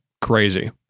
crazy